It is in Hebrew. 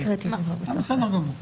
בסדר גמור.